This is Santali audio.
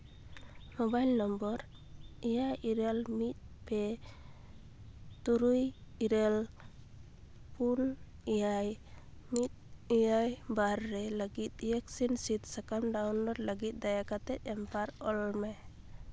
ᱢᱳᱵᱟᱭᱤᱞ ᱱᱚᱢᱵᱚᱨ ᱮᱭᱟᱭ ᱤᱨᱟᱹᱞ ᱢᱤᱫ ᱯᱮ ᱛᱩᱨᱩᱭ ᱤᱨᱟᱹᱞ ᱯᱩᱱ ᱮᱭᱟᱭ ᱢᱤᱫ ᱮᱭᱟᱭ ᱵᱟᱨ ᱨᱮ ᱞᱟᱹᱜᱤᱫ ᱤᱭᱮᱠᱥᱤᱱ ᱥᱤᱫᱽ ᱥᱟᱠᱟᱢ ᱰᱟᱣᱩᱱᱞᱳᱰ ᱞᱟᱹᱜᱤᱫ ᱫᱟᱭᱟ ᱠᱟᱛᱮᱫ ᱮᱢᱯᱟᱨ ᱚᱞ ᱢᱮ